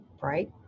right